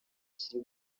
kiri